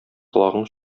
колагың